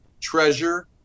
treasure